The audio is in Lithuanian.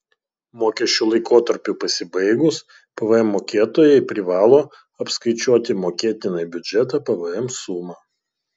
mokesčio laikotarpiui pasibaigus pvm mokėtojai privalo apskaičiuoti mokėtiną į biudžetą pvm sumą